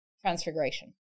transfiguration